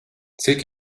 cik